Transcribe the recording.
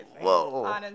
Whoa